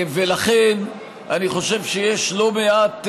ולכן אני חושב שיש לא מעט,